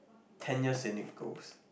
ten years st nick girls